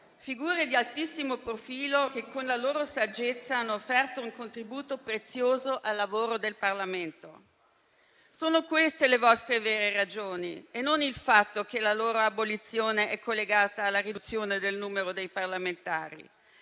figure di altissimo profilo che, con la loro saggezza, hanno offerto un contributo prezioso al lavoro del Parlamento. Sono queste le vostre vere ragioni e non il fatto che la loro abolizione è collegata alla riduzione del numero dei parlamentari,